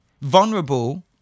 Vulnerable